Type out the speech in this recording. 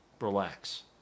relax